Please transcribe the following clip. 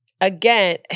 Again